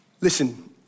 Listen